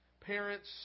parents